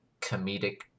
comedic